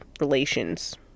relations